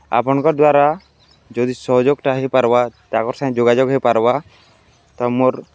ଆପଣଙ୍କର୍ ଦ୍ୱାରା ଯଦି ସହଯୋଗ୍ଟା ହେଇପାର୍ବା ତାଙ୍କର୍ ସାଙ୍ଗେ ଯୋଗାଯୋଗ୍ ହେଇପାର୍ବା ତ ମୋର୍